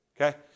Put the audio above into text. Okay